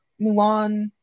Mulan